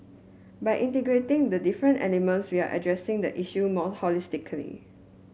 by integrating the different elements we are addressing the issue more holistically